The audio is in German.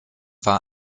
war